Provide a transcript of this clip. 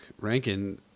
Rankin